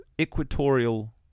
equatorial